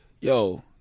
yo